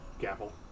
gavel